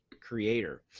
creator